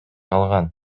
калган